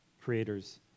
Creator's